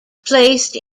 placed